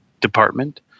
department